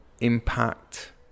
impact